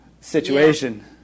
situation